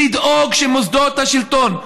לדאוג שמוסדות השלטון,